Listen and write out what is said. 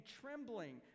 trembling